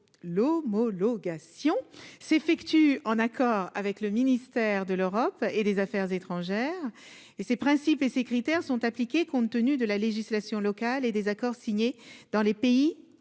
l'homologation s'effectuent en a. D'accord avec le ministère de l'Europe et des Affaires étrangères et ses principes et ses critères sont appliquées, compte tenu de la législation locale et des accords signés dans les pays d'accueil,